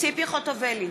ציפי חוטובלי,